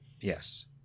Yes